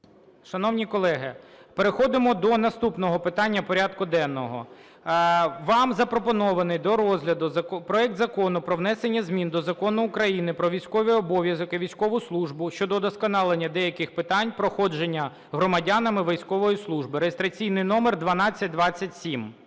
Шановні колеги, переходимо до наступного питання порядку денного. Вам запропонований до розгляду проект Закону про внесення змін до Закону України "Про військовий обов'язок і військову службу" щодо удосконалення деяких питань проходження громадянами військової служби (реєстраційний номер 1227).